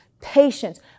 patience